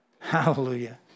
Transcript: Hallelujah